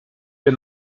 wir